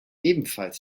ebenfalls